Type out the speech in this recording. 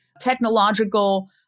technological